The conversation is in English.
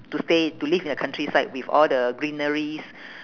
to stay to live in the countryside with all the greeneries